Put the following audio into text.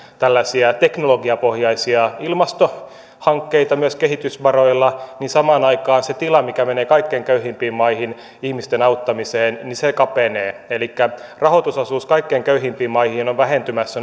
tällaisia teknologiapohjaisia ilmastohankkeita myös kehitysvaroilla niin samaan aikaan se tila mikä menee kaikkein köyhimpiin maihin ihmisten auttamiseen kapenee elikkä rahoitusosuus kaikkein köyhimpiin maihin on vähentymässä